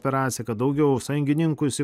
operaciją kad daugiau sąjungininkus